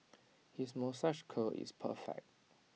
his moustache curl is perfect